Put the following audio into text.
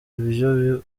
ivyo